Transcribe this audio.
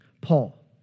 Paul